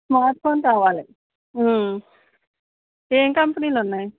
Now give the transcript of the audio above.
smart phone కావాలి ఏమి కంపెనీలున్నాయి